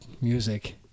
music